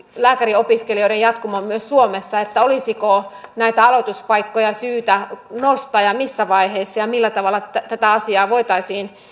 lääkäriopiskelijoiden jatkumon myös suomessa että olisiko näitä aloituspaikkoja syytä nostaa ja missä vaiheessa ja millä tavalla voitaisiin